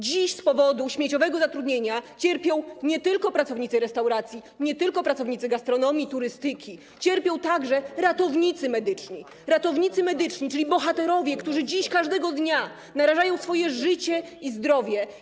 Dziś z powodu śmieciowego zatrudnienia cierpią nie tylko pracownicy restauracji, nie tylko pracownicy gastronomii i turystyki, cierpią także ratownicy medyczni, czyli bohaterowie, którzy dziś każdego dnia narażają swoje życie i zdrowie.